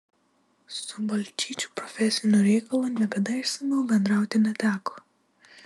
su balčyčiu profesiniu reikalu niekada išsamiau bendrauti neteko